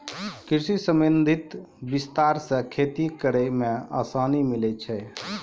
कृषि संबंधी विस्तार से खेती करै मे आसानी मिल्लै छै